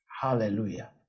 Hallelujah